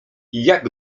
jak